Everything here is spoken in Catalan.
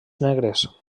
negres